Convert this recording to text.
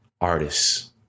artists